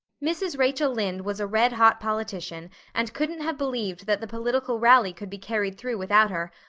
mrs. rachel lynde was a red-hot politician and couldn't have believed that the political rally could be carried through without her,